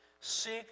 seek